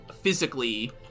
physically